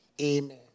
Amen